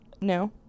No